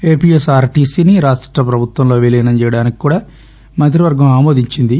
APS ఆర్టీసీని రాష్ట ప్రభుత్వంలో విలీనం చేయడానికి కూడా మంత్రివర్గం ఆమోదించింది